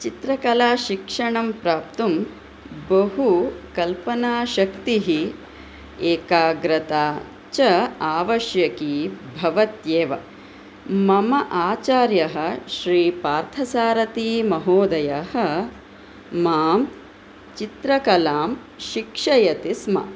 चित्रकलाशिक्षणं प्राप्तुं बहु कल्पनाशक्तिः एकाग्रता च आवश्यकी भवत्येव मम आचार्यः श्री पार्थसारथीमहोदयः मां चित्रकलां शिक्षयति स्म